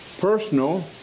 personal